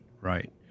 Right